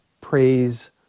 praise